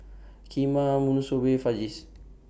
Kheema Monsunabe Fajitas